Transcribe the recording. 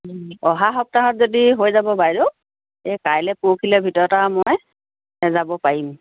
অহা সপ্তাহত যদি হৈ যাব বাইদেউ এই কাইলে পৰসিলে ভিতৰত মই যাব পাৰিম